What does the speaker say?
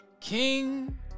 king